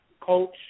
coach